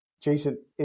Jason